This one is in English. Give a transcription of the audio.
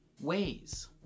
ways